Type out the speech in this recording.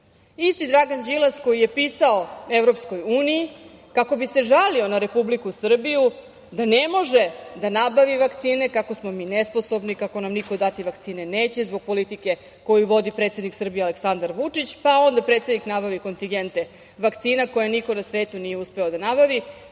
Isti Dragan Đilas koji je pisao EU kako bi se žalio na Republiku Srbiju da ne može da nabavi vakcine, kako smo mi nesposobni, kako nam niko dati vakcine neće, kako zbog politike koju vodi predsednik Srbije Aleksandar Vučić, pa onda predsednik nabavio kontigente vakcina koje niko na svetu nije uspeo da nabavi,